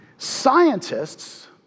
Scientists